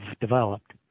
developed